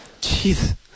Jeez